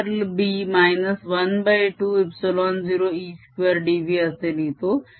curl B 12 ε0E2dv असे लिहितो